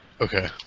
Okay